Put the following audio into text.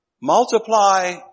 Multiply